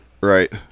Right